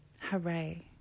Hooray